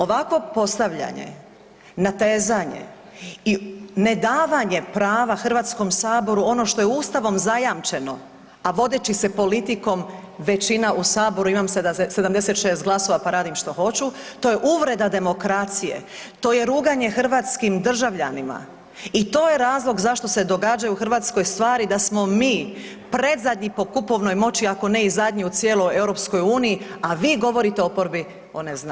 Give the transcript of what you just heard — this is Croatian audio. Ovakvo postavljenje, natezanje i nedavanje prava HS ono što je Ustavom zajamčeno, a vodeći se politikom većina u Saboru imam 76 glasova pa radim što hoću, to je uvreda demokracije, to je ruganje hrvatskim državljanima i to je razlog zašto se događaju u Hrvatskoj stvari da smo mi predzadnji po kupovnoj moći, ako ne i zadnji u cijeloj EU, a vi govorite oporbi o neznanju.